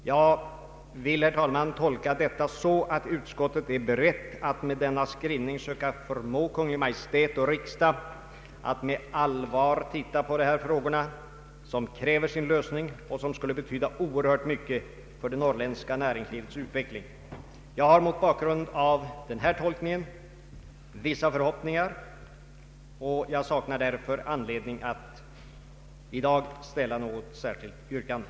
Jag vill, herr talman, tolka utskottets skrivning så att utskottet är berett att söka förmå Kungl. Maj:t att med allvar undersöka dessa frågor. De kräver sin lösning och betyder oerhört mycket för det norrländska näringslivets utveckling. Jag har mot bakgrund av denna tolkning vissa förhoppningar, och jag saknar därför anledning att i dag ställa något särskilt yrkande.